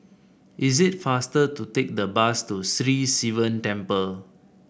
is it faster to take the bus to Sri Sivan Temple